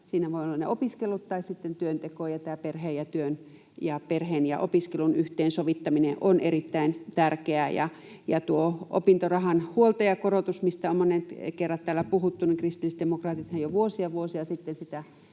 siinä voivat olla ne opiskelut tai sitten työnteko, ja tämä perheen ja työn ja opiskelun yhteensovittaminen on erittäin tärkeää. Tuosta opintorahan huoltajakorotuksesta, mistä on monet kerrat täällä puhuttu: Kristillisdemokraatithan jo vuosia, vuosia sitten sitä